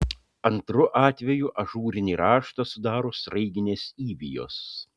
antru atvejų ažūrinį raštą sudaro sraiginės įvijos